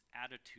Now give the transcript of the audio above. attitude